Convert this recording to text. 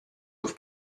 auf